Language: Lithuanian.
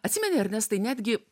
atsimeni ernestai netgi